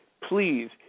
please